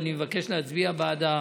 ואני מבקש להצביע בעדה